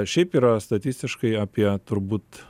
šiaip yra statistiškai apie turbūt